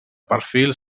perfil